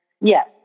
yes